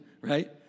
right